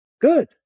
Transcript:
Good